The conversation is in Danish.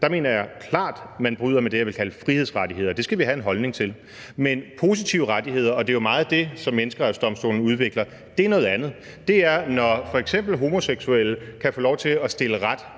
køn, mener jeg klart, at man bryder med det, jeg vil kalde frihedsrettigheder. Det skal vi have en holdning til. Men positive rettigheder – og det er jo meget det, Menneskerettighedsdomstolen udvikler – er noget andet. Det er, når f.eks. homoseksuelle kan få lov til at stille krav